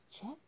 check